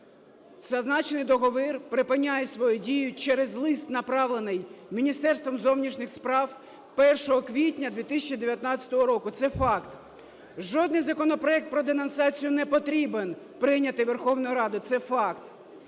Зазначений договір припиняє свою дію через лист, направлений Міністерством зовнішніх справ 1 квітня 2019 року. Це факт. Жоден законопроект про денонсацію не потрібен, прийнятий Верховною Радою. Це факт.